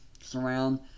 surround